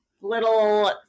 little